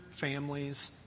families